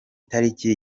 tariki